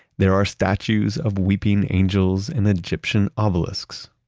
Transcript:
there are statues of weeping angels and then egyptian ah obelisks,